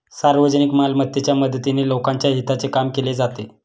सार्वजनिक मालमत्तेच्या मदतीने लोकांच्या हिताचे काम केले जाते